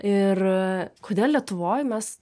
ir kodėl lietuvoj mes